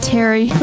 Terry